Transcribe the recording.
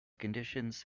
conditions